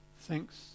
thanks